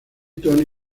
tony